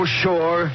sure